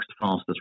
fastest